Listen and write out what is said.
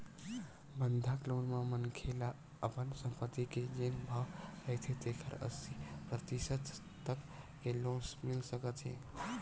बंधक लोन म मनखे ल अपन संपत्ति के जेन भाव रहिथे तेखर अस्सी परतिसत तक के लोन मिल सकत हे